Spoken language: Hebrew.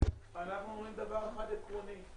אומרים דבר עקרוני אחד.